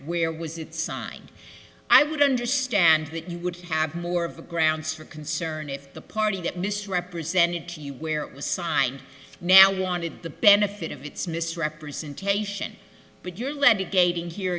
where was it signed i would understand that you would have more of the grounds for concern if the party that misrepresented to you where it was signed now wanted the benefit of its misrepresentation but you're led to gating here